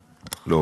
נכון, אבל זה שם.